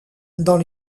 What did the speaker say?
dans